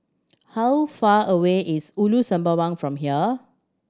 how far away is Ulu Sembawang from here